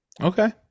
Okay